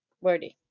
worthy